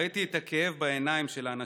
ראיתי את הכאב בעיניים של האנשים,